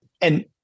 And-